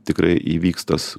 tikrai įvyks tas